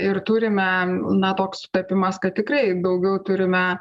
ir turime na toks sutapimas kad tikrai daugiau turime